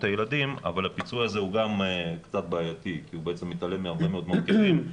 אבל הפיצוי הזה הוא קצת בעייתי כי הוא מתעלם מהרבה מאוד מרכיבים.